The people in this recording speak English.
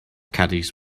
caddies